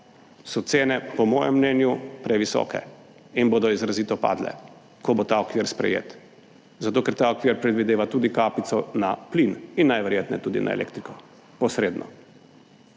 so cene, po mojem mnenju, previsoke in bodo izrazito padle, ko bo ta okvir sprejet, zato ker ta okvir predvideva tudi kapico na plin in najverjetneje tudi na elektriko, posredno,